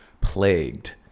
plagued